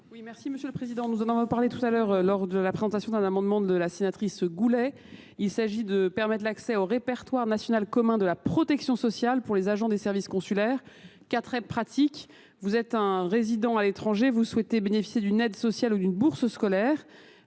parole, madame la ministre. Nous en avons parlé tout à l'heure lors de la présentation d'un amendement de la sénatrice Goulet. Il s'agit de permettre l'accès au Répertoire national commun de la protection sociale pour les agents des services consulaires. Vous êtes un résident à l'étranger, vous souhaitez bénéficier d'une aide sociale ou d'une bourse scolaire.